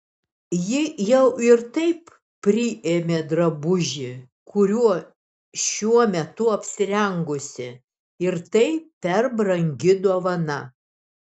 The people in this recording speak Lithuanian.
ji jau ir taip priėmė drabužį kuriuo šiuo metu apsirengusi ir tai per brangi dovana